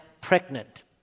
pregnant